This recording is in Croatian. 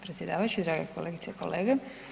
predsjedavajući, drage kolegice i kolege.